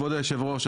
כבוד היושב ראש,